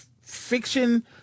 fiction